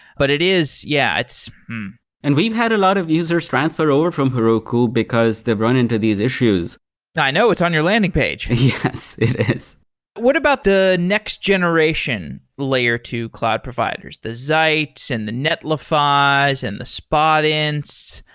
but it is yeah. it's and we've had a lot of users transfer over from heroku, because they've run into these issues i know. it's on your landing page yes, it is what about the next generation layer to cloud providers? the zeits and the netlifys ah and the spotinsts?